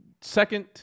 Second